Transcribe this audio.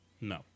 No